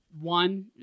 one